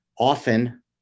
often